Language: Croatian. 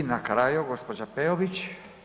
I na kraju, gđa. Peović.